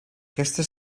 aquesta